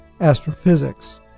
astrophysics